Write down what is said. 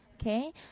Okay